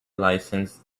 licensed